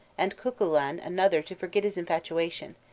and cuchulain another to forget his infatuation,